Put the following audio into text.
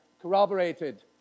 corroborated